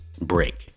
break